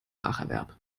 spracherwerb